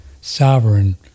sovereign